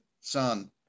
son